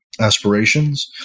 aspirations